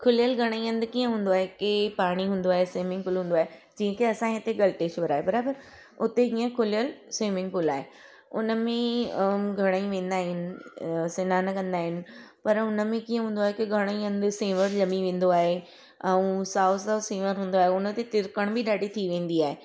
खुलियल घणेई हंधि कीअं हूंदो आहे की पाणी हूंदो आहे स्विमिंग पूल हूंदो आहे जीअं के असांजे हिते गल्तेश्वर आहे बरोबरि हुते हीअं खुलियल स्विमिंग पूल आहे उनमें घणेई वेंदा आहिनि अ सनानु कंदा आहिनि पर उनमें कीअं हूंदो आहे की घणेई हंधि सेंवर जमी वेंदो आहे ऐं साओ साओ सेंवर हूंदो आहे हुनते तिरकण बि ॾाढी थी वेंदी आहे